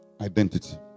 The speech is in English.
identity